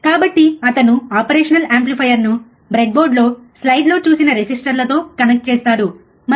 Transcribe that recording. కాబట్టి అతను ఆపరేషనల్ యాంప్లిఫైయర్ను బ్రెడ్బోర్డ్ లో స్లైడ్లో చూసిన రెసిస్టర్లుతో కనెక్ట్ చేస్తాడు మరియు